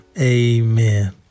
Amen